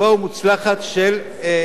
של גילה גמליאל,